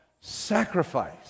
Sacrifice